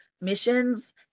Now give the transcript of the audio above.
missions